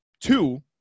two